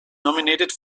nominated